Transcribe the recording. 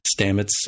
Stamets